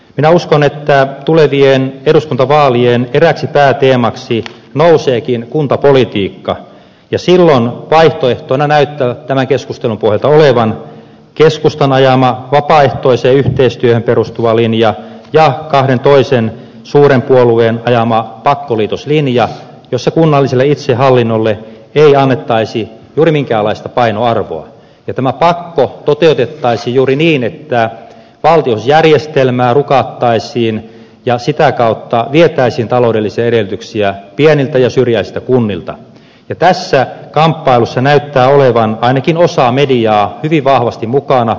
minä uskon että tulevien eduskuntavaalien pitää pääteemaksi nouseekin kuntapolitiikka ja sille vaihtoehtona näyttävät tämän keskustelun poika ivan keskustan ajamaan pois yhteistyön perustuva linja ja kahden toisen suuren puolueen ajama pakkoliitoslinja jossa kunnalliselle itsehallinnolle elämä taisi juuri minkäänlaista painoarvoa ja tämä pakko toteutettaisiin juuri niin että kaapin järjestelmää rukattaisiin ja sitä kautta vietäisiin taloudellisia edellytyksiä pieniltä ja syrjäistä kunnilta ja tässä kamppailussa näyttää olevan ainakin osa mediaa piti vahvasti mukana